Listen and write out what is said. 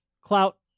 clout